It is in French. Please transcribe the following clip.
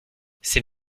c’est